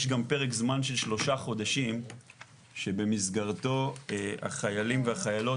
יש גם פרק זמן של 3 חודשים שבמסגרתו החיילים והחיילות